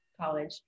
college